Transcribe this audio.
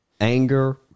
anger